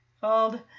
Called